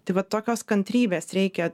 tai va tokios kantrybės reikia